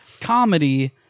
comedy